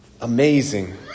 Amazing